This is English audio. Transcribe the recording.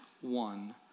one